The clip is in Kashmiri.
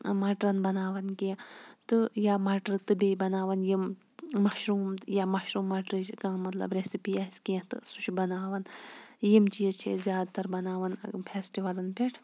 مَٹرَن بَناوان کینٛہہ تہٕ یا مَٹرٕ تہٕ بیٚیہِ بَناوان یِم مَشروٗم یا مَشروٗم مَٹرٕچ کانٛہہ مَطلَب ریٚسِپی آسہِ کینٛہہ تہٕ سُہ چھُ بَناوان یِم چیٖز چھِ أسۍ زیادٕ تَر بَناوان پھیٚسٹِولَن پیٹھ